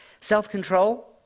self-control